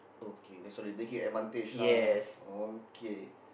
okay they so like they take advantage lah okay